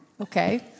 Okay